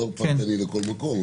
לא פרטני לכל מקום,